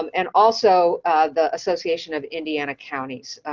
um and also the association of indiana counties,